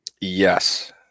Yes